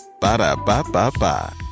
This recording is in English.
Ba-da-ba-ba-ba